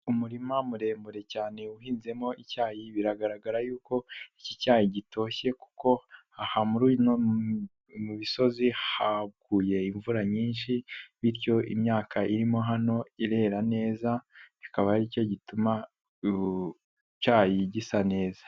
Umurima muremure cyane uhinzemo icyayi, biragaragara yuko iki cyayi gitoshye kuko aha muri no misozi haguye imvura nyinshi. Bityo imyaka irimo hano irera neza, akaba aricyo gituma icyayi gisa neza.